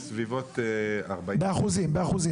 באחוזים, באחוזים.